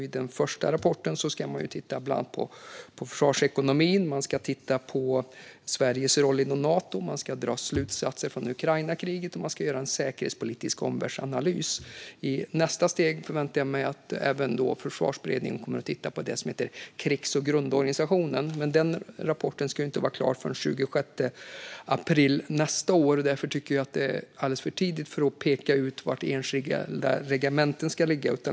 I den första rapporten ska man titta bland annat på försvarsekonomin och på Sveriges roll inom Nato. Man ska dra slutsatser från Ukrainakriget, och man ska göra en säkerhetspolitisk omvärldsanalys. I nästa steg förväntar jag mig att Försvarsberedningen kommer att titta på det som heter krigs och grundorganisationen. Men denna rapport ska inte vara klar förrän den 26 april nästa år. Därför tycker jag att det är alldeles för tidigt att peka ut var enskilda regementen ska ligga.